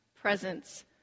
presence